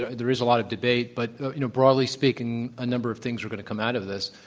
ah there is a lot of debate but you know broadly speaking, a number of things are going to come out of this.